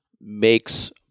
makes